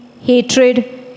hatred